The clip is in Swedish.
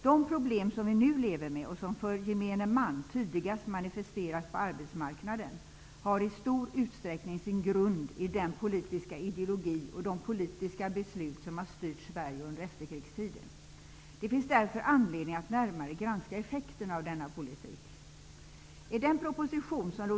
De problem som vi nu lever med och som för gemene man tydligast manifesteras på arbetsmarknaden har i stor utsträckning sin grund i den politiska ideologi och de politiska beslut som har styrt Sverige under efterkrigstiden. Det finns därför anledning att närmare granska effekterna av denna politik.